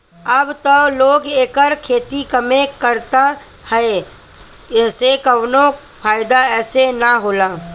अब त लोग एकर खेती कमे करता काहे से कवनो फ़ायदा एसे न होला